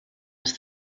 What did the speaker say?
els